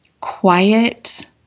quiet